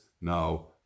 now